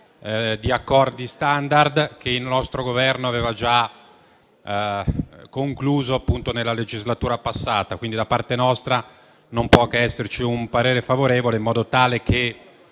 di accordi *standard* che il nostro Governo aveva già concluso nella legislatura passata. Quindi, da parte nostra non può che esserci un voto favorevole, in modo tale che